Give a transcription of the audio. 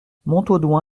montaudoin